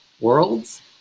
worlds